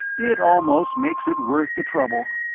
it almost makes it worth the trouble.